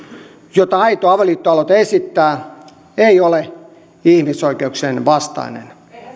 jota aito avioliitto aloite esittää ei ole ihmisoikeuksien vastainen